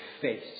face